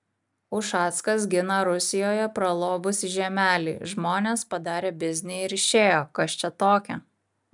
ušackas gina rusijoje pralobusį žiemelį žmonės padarė biznį ir išėjo kas čia tokio